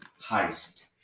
Heist